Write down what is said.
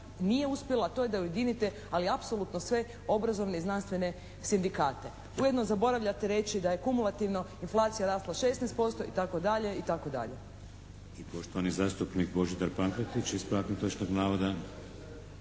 nije uspjelo, a to je da ujedinite ali apsolutno sve obrazovne i znanstvene sindikate. Ujedno zaboravljate reći da je kumulativno inflacija rasla 16%, itd.,